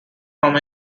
from